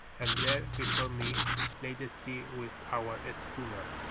and there before me lay the sea with our schooner,